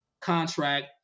contract